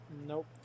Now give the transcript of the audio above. Nope